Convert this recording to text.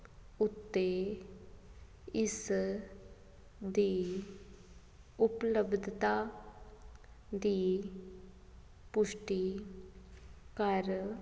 ਉੱਤੇ ਇਸ ਦੀ ਉਪਲੱਬਧਤਾ ਦੀ ਪੁਸ਼ਟੀ ਕਰ